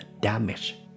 damage